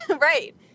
Right